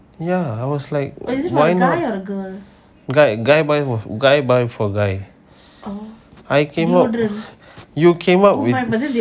ya I was like why not guy guy buy for guy buy for guy I cannot you came out with